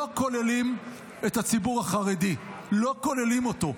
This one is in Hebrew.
לא כוללים את הציבור החרדי, לא כוללים אותו.